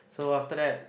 so after that